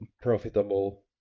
profitable